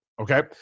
Okay